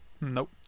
nope